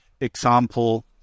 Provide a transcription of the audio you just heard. example